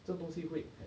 这东西会